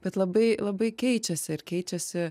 bet labai labai keičiasi ir keičiasi